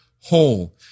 whole